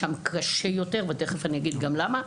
שם קשה יותר ותכף אני אגיד גם למה.